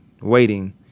waiting